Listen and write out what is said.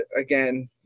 again